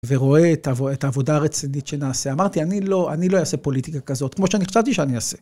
ורואה את העבודה הרצינית שנעשה. אמרתי, אני לא אעשה פוליטיקה כזאת, כמו שאני חשבתי שאני אעשה.